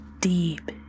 deep